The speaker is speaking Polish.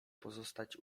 pozostać